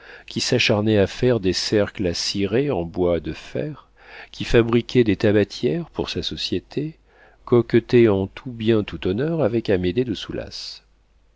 qui s'acharnait à faire des cercles à six raies en bois de fer qui fabriquait des tabatières pour sa société coquetait en tout bien tout honneur avec amédée de